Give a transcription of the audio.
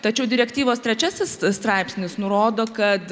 tačiau direktyvos trečiasis straipsnis nurodo kad